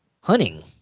hunting